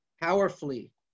powerfully